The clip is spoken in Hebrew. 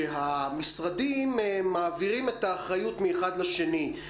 שהמשרדים מעבירים את האחריות מאחד לשני,